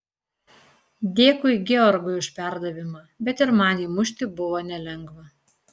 dėkui georgui už perdavimą bet ir man įmušti buvo nelengva